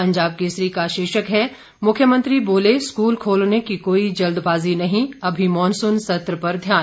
पंजाब केसरी का शीर्षक है मुख्यमंत्री बोले स्कूल खोलने की कोई जल्दबाजी नहीं अभी मानसुन सत्र पर ध्यान